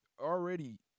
already